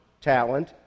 talent